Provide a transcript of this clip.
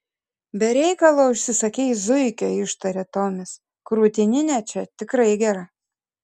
be reikalo užsisakei zuikio ištarė tomis krūtininė čia tikrai gera